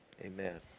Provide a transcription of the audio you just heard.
Amen